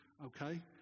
Okay